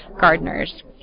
gardeners